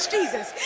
Jesus